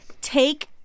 take